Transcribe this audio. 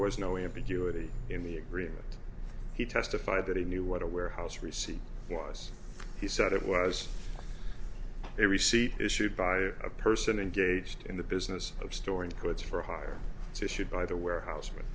was no ambiguity in the agreement he testified that he knew what a warehouse receipt was he said it was a receipt issued by a person engaged in the business of storing goods for hire to shoot by the warehouse